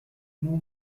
non